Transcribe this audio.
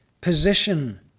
position